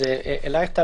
לך טל,